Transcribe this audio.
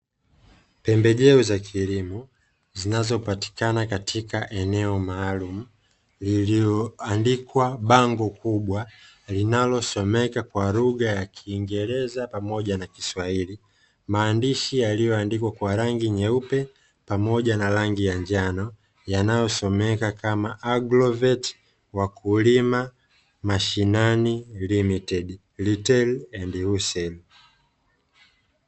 Pembejeo za kilimo zinazopatikana katika eneo maalumu iliyoandikwa bango kubwa linalosomeka kwa lugha ya kiingereza pamoja na kiswahili maandishi yaliyoandikwa kwa rangi nyeupe pamoja na rangi ya njano yanayosomeka kama ''agrovet wakulima mashinani limited, ratail and wholesale''.